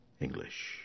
English